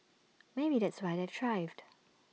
maybe that's why they've thrived